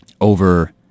over